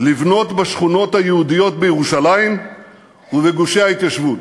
לבנות בשכונות היהודיות בירושלים ובגושי ההתיישבות.